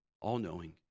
all-knowing